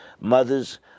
mothers